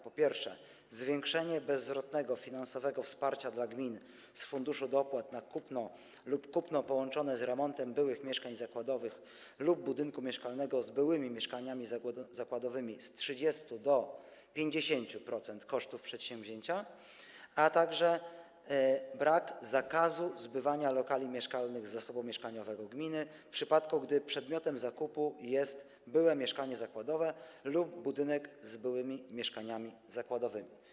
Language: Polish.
Po pierwsze, zwiększenie bezzwrotnego finansowego wsparcia dla gmin z Funduszu Dopłat na kupno lub kupno połączone z remontem byłych mieszkań zakładowych lub budynku mieszkalnego z byłymi mieszkaniami zakładowymi z 30% do 50% kosztów przedsięwzięcia, a także brak zakazu zbywania lokali mieszkalnych z zasobu mieszkaniowego gminy w przypadku, gdy przedmiotem zakupu jest byłe mieszkanie zakładowe lub budynek z byłymi mieszkaniami zakładowymi.